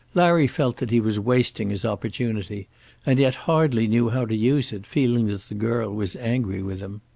larry felt that he was wasting his opportunity and yet hardly knew how to use it, feeling that the girl was angry with him.